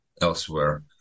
elsewhere